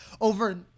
over